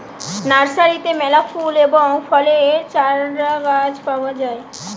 নার্সারিতে মেলা ফুল এবং ফলের চারাগাছ পাওয়া যায়